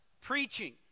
preaching